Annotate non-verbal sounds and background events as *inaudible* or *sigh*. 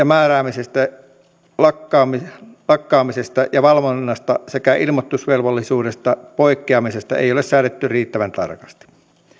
*unintelligible* määräämisestä lakkaamisesta *unintelligible* lakkaamisesta ja valvonnasta sekä ilmoitusvelvollisuudesta poikkeamisesta ei ole säädetty riittävän tarkasti